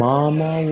Mama